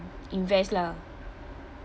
invest lah